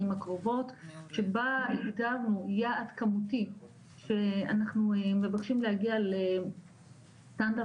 הקרובות שבה הגדרנו יעד כמותי שאנחנו מבקשים להגיע לסטנדרט